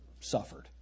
Suffered